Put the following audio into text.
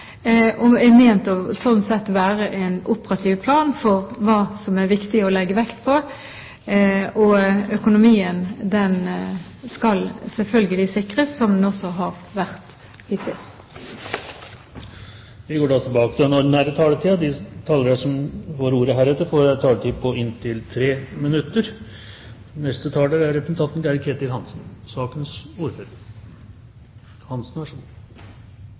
slik sett ment å være en operativ plan for hva det er viktig å legge vekt på. Og økonomien skal selvfølgelig sikres, som den også har vært hittil. Replikkordskiftet er dermed omme. De talere som heretter får ordet, har en taletid på inntil 3 minutter. Jeg skal bare dvele litt ved dette forslaget om en sykehusproposisjon. Representanten